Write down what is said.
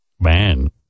man